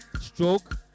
stroke